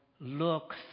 Look